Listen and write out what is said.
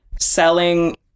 selling